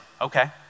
Okay